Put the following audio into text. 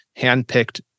handpicked